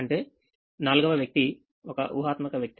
అంటే నాల్గవ వ్యక్తి ఒకఊహాత్మక వ్యక్తి